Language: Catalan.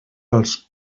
als